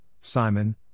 Simon